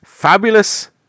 Fabulous